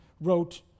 wrote